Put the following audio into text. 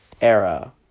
era